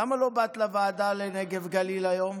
למה לא באת לוועדת הנגב והגליל היום?